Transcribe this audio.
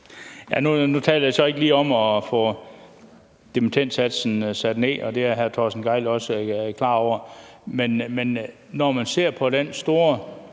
Nu talte jeg så ikke lige om at få dimittendsatsen sat ned, og det er hr. Torsten Gejl også klar over, men når man ser på den store